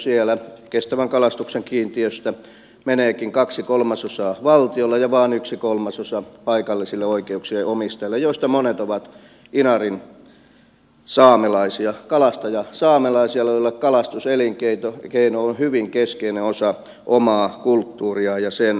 siellä kestävän kalastuksen kiintiöstä meneekin kaksi kolmasosaa valtiolle ja vain yksi kolmasosa paikallisille oikeuksien omistajille joista monet ovat inarinsaamelaisia kalastajasaamelaisia joille kalastuselin keino on hyvin keskeinen osa omaa kulttuuria ja sen säilyttämistä